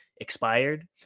Expired